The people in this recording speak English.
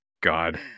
God